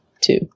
two